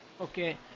Okay